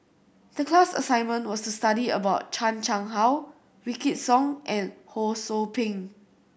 the class assignment was to study about Chan Chang How Wykidd Song and Ho Sou Ping